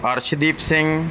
Arshdeep Singh